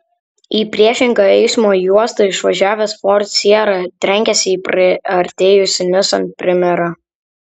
į priešingą eismo juostą išvažiavęs ford sierra trenkėsi į priartėjusį nissan primera